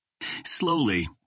Slowly